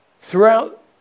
Throughout